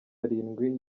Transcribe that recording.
arindwi